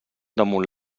damunt